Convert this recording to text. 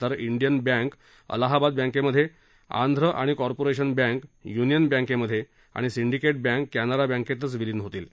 तर Indian bank ही अलाहाबाद बँकमध्ये आंध्र आणि कॉर्पोरेशन बँक युनियन बँक मध्ये आणि सिंडीकेट बँक कॅनरा बँकेतच विलीन होतील